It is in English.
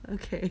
okay